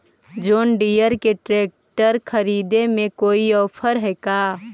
जोन Deere के tractor खरिदे में कोई औफर है का?